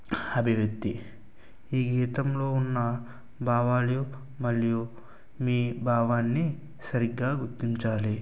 అభివృద్ధి ఈ గీతంలో ఉన్న భావాలు మలియు మీ భావాన్ని సరిగ్గా గుర్తించాలి